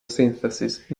synthesis